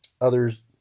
Others